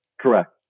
Correct